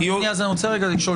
אדוני, אני רוצה לשאול